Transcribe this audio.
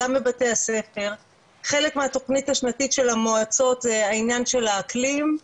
גם בבתי הספר חלק מהתוכנית השנתית של המועצות זה העניין של האקלים,